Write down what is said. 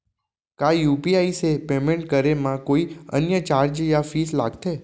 का यू.पी.आई से पेमेंट करे म कोई अन्य चार्ज या फीस लागथे?